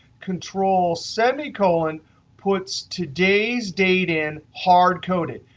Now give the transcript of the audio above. control semi-colon puts today's date in hardcoded.